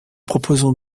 proposons